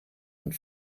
und